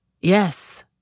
Yes